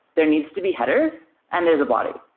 there needs to be headers and there's a body,